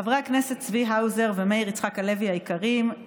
חברי הכנסת צבי האוזר ומאיר יצחק הלוי היקרים,